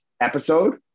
episode